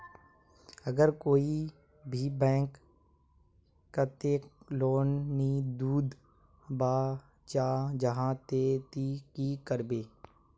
अगर कोई भी बैंक कतेक लोन नी दूध बा चाँ जाहा ते ती की करबो?